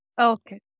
Okay